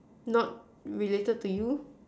not related to you